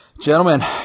gentlemen